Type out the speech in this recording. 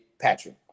Patrick